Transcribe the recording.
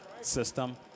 system